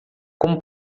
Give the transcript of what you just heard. como